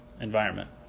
environment